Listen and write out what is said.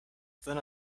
than